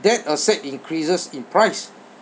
that asset increases in price